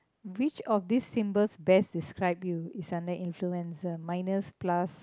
which of these symbols best describe you is under influencer minus plus